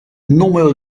numero